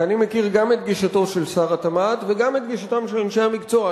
כי אני מכיר גם את גישתו של שר התמ"ת וגם את גישתם של אנשי המקצוע.